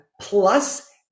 plus